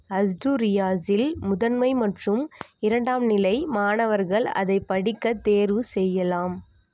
அஸ்டுரியாஸில் முதன்மை மற்றும் இரண்டாம் நிலை மாணவர்கள் அதை படிக்கத் தேர்வு செய்யலாம்